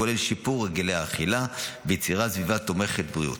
הכולל שיפור הרגלי האכילה ויצירת סביבה תומכת בריאות.